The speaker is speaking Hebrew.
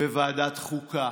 בוועדת חוקה,